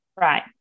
Right